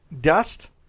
Dust